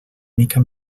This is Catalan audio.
mica